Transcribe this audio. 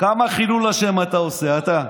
כמה חילול השם אתה עושה, אתה.